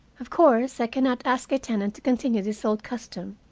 of course i can not ask a tenant to continue this old custom,